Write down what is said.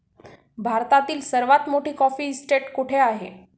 भारतातील सर्वात मोठी कॉफी इस्टेट कुठे आहे?